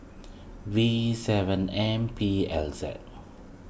V seven M P L Z